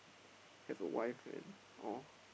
have a wife and all